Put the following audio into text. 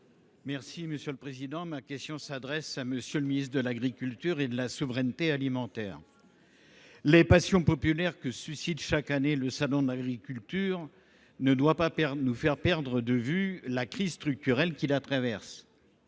chers collègues, ma question s’adressait à M. le ministre de l’agriculture et de la souveraineté alimentaire. Les passions populaires que suscite chaque année le salon de l’agriculture ne doivent pas nous faire perdre de vue la crise structurelle que traverse